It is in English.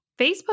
Facebook